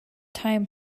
time